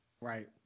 right